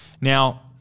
Now